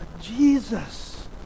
Jesus